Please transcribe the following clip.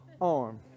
arm